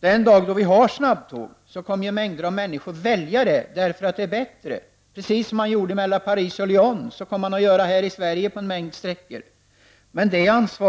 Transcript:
Den dag det finns snabbtåg kommer många människor att välja det, eftersom det är bättre. Man kommer att göra precis likadant här i Sverige som man gjorde i fråga om sträckan mellan Paris och Lyon.